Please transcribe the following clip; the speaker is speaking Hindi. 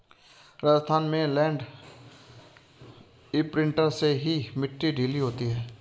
राजस्थान में लैंड इंप्रिंटर से ही मिट्टी ढीली होती है